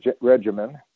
regimen